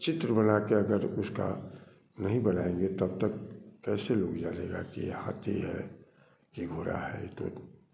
चित्र बनाकर अगर उसका नहीं बनाएँग तब तक कैसे लोग जानेगा कि हाथी है कि घोड़ा है तो